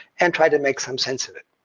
and try to make some sense of it.